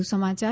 વધુ સમાચાર